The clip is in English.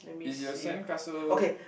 is your sand castle